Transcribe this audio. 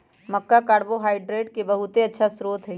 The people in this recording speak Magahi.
मक्का कार्बोहाइड्रेट के बहुत अच्छा स्रोत हई